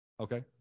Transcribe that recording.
Okay